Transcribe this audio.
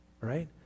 right